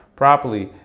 properly